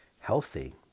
healthy